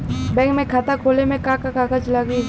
Bank में खाता खोले मे का का कागज लागी?